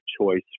choice